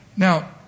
Now